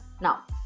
Now